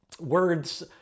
words